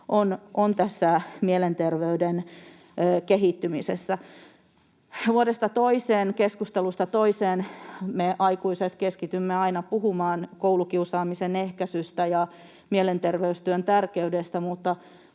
mielenterveyden kehittymisessä. Vuodesta toiseen, keskustelusta toiseen me aikuiset keskitymme aina puhumaan koulukiusaamisen ehkäisystä ja mielenterveystyön tärkeydestä,